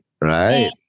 Right